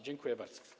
Dziękuję bardzo.